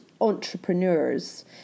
entrepreneurs